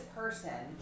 person